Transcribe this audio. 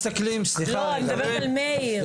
לא, אני מדברת על מאיר.